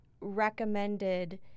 recommended